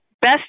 best